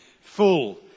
full